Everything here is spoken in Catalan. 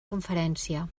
conferència